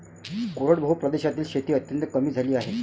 कोरडवाहू प्रदेशातील शेती अत्यंत कमी झाली आहे